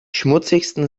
schmutzigsten